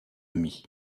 amis